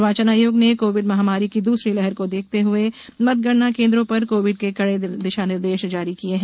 निर्वाचन आयोग ने कोविड महामारी की दूसरी लहर को देखते हुए मतगणना केन्द्रों पर कोविड के कड़े दिशा निर्देश जारी किए हैं